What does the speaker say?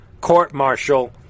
court-martial